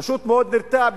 פשוט מאוד נרתע,